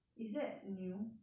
is that new